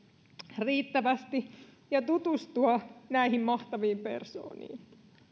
riittävästi ja tutustua näihin mahtaviin persooniin